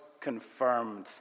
confirmed